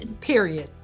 Period